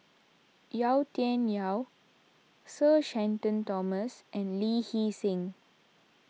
Yau Tian Yau Sir Shenton Thomas and Lee Hee Seng